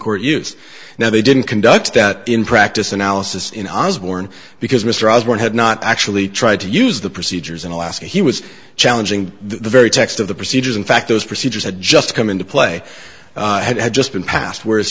court used now they didn't conduct that in practice analysis in i was born the mr osborne had not actually tried to use the procedures in alaska he was challenging the very text of the procedures in fact those procedures had just come into play had just been passed whereas